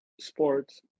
sports